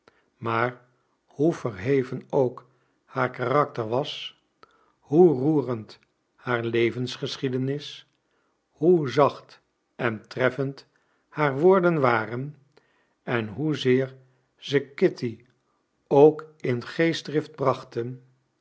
maar hoe verheven ook haar karakter was hoe roerend haar levensgeschiedenis hoe zacht en treffend haar woorden waren en hoezeer ze kitty ook in geestdrift brachten